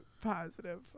positive